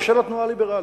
ושל התנועה הליברלית,